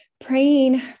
praying